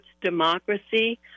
democracy